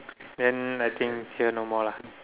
then I think here no more lah